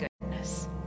goodness